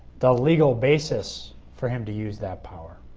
the legal basis for him to use that power.